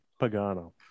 Pagano